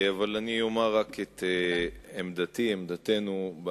אני אומר רק את עמדתי, עמדתנו,